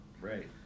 right